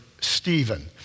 Stephen